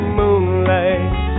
moonlight